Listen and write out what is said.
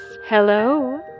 Hello